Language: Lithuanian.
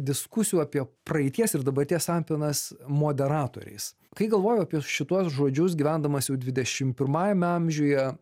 diskusijų apie praeities ir dabarties sampynas moderatoriais kai galvoju apie šituos žodžius gyvendamas jau dvidešim pirmajame amžiuje